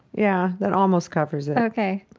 yeah, that almost covers it ok